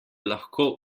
lahko